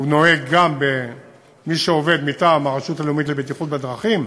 והוא נוהג גם במי שעובד מטעם הרשות הלאומית לבטיחות בדרכים,